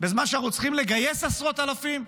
בזמן שאנחנו צריכים לגייס עשרות אלפים.